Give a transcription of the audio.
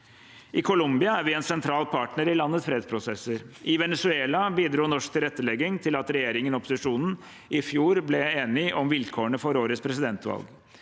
I Colombia er vi en sentral partner i landets fredsprosesser. I Venezuela bidro norsk tilrettelegging til at regjeringen og opposisjonen i fjor ble enige om vilkårene for årets presidentvalg.